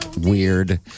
Weird